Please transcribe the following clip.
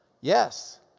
Yes